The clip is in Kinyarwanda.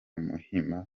muhima